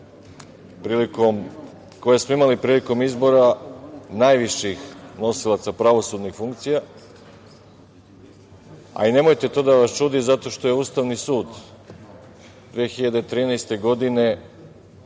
koje smo imali prilikom izbora najviših nosilaca pravosudnih funkcija, a i nemojte to da vas čudi, zato što je Ustavni sud 2013. godine